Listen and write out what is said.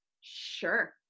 sure